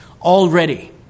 already